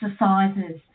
exercises